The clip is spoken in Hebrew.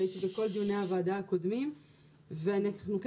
והייתי בכל דיוני הוועדה הקודמים.